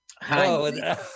Hi